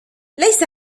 ليس